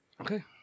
Okay